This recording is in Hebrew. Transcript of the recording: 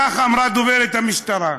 כך אמרה דוברת המשטרה: